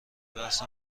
بحث